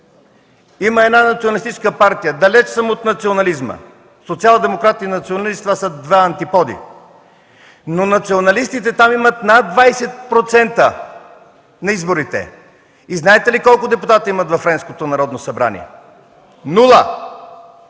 имаше една националистическа партия – далеч съм от национализма, социалдемократите и националистите са два антипода – националистите там имат над 20% на изборите! Знаете ли колко депутати имат във Френското народно събрание? Нула!